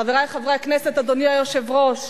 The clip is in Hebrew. חברי חברי הכנסת, אדוני היושב-ראש,